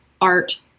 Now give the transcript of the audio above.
art